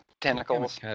tentacles